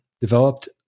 developed